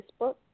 Facebook